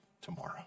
tomorrow